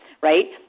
right